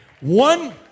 One